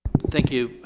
thank you,